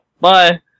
Bye